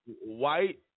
white